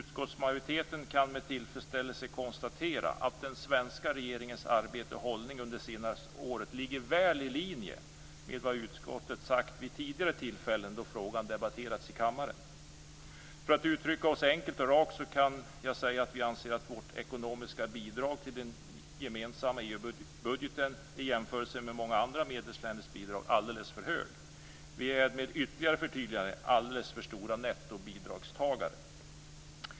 Utskottsmajoriteten kan med tillfredsställelse konstatera att den svenska regeringens arbete och hållning under det senaste året ligger väl i linje med vad utskottet sagt vid tidigare tillfällen då frågan debatterats i kammaren. För att uttrycka mig enkelt och rakt kan jag säga att vi anser att vårt ekonomiska bidrag till den gemensamma EU-budgeten i jämförelse med många andra länders bidrag är alldeles för högt. Vi är med ytterligare ett förtydligande alldeles för stora nettobidragsgivare.